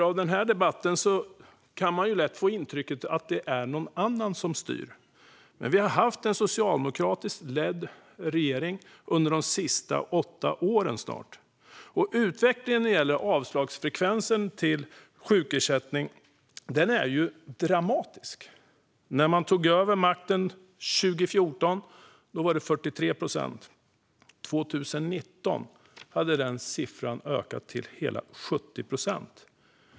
Av den här debatten kan man lätt få intrycket att det är någon annan som styr, men vi har haft en socialdemokratiskt ledd regering under de senaste snart åtta åren. Utvecklingen när det gäller avslagsfrekvensen för sjukersättning är dramatisk. När man tog över makten 2014 var det 43 procent; 2019 hade den siffran ökat till hela 70 procent.